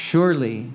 Surely